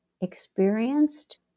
experienced